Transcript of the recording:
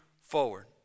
forward